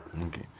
Okay